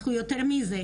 אנחנו יותר מזה,